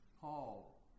Paul